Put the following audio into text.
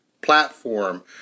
platform